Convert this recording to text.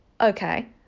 okay